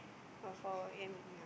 oh for what eh I mean yeah